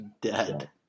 dead